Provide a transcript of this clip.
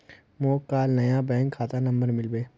मोक काल नया बैंक खाता नंबर मिलबे